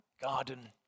garden